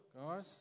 guys